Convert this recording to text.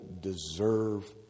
deserve